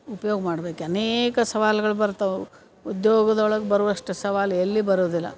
ಉಪ್ಯೋಗ ಮಾಡ್ಬೇಕು ಅನೇಕ ಸವಾಲ್ಗಳು ಬರ್ತಾವೆ ಉದ್ಯೋಗದೊಳಗೆ ಬರುವಷ್ಟು ಸವಾಲು ಎಲ್ಲಿ ಬರೋದಿಲ್ಲ